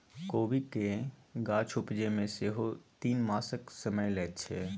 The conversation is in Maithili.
कोबीक गाछ उपजै मे सेहो तीन मासक समय लैत छै